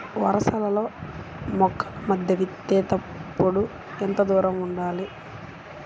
వరసలలో మొక్కల మధ్య విత్తేప్పుడు ఎంతదూరం ఉండాలి?